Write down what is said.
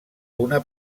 una